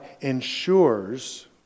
ensures